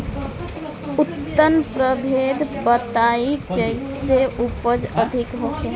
उन्नत प्रभेद बताई जेसे उपज अधिक होखे?